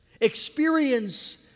experience